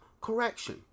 correction